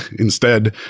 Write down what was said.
instead,